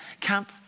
camp